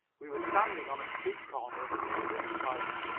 we were standing on a street corner of a neighboring town.